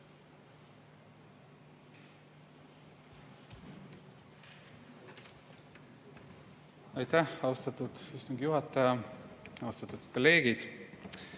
Aitäh, austatud istungi juhataja! Austatud kolleegid!